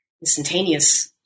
instantaneous